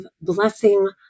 blessing